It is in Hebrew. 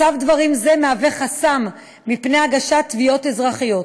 מצב דברים זה מהווה חסם מפני הגשת תביעות אזרחיות,